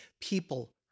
people